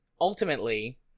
ultimately